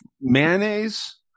Mayonnaise